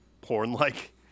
porn-like